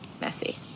messy